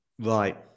Right